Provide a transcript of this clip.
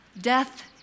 death